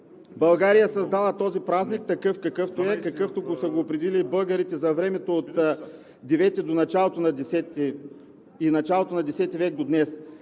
България е създала този празник такъв, какъвто е, какъвто са го определили българите за времето от IХ и началото на Х век до днес.